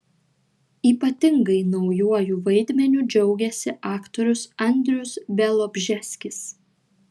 ypatingai naujuoju vaidmeniu džiaugiasi aktorius andrius bialobžeskis